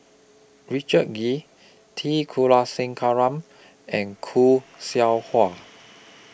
Richard Kee T Kulasekaram and Khoo Seow Hwa